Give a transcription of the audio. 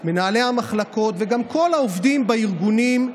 למנהלי המחלקות וגם לכל העובדים בארגונים,